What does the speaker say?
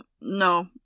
No